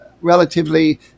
relatively